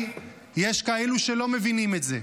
--- לצערי, יש כאלה שלא מבינים את זה.